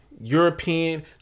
European